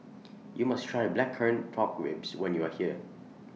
YOU must Try Blackcurrant Pork Ribs when YOU Are here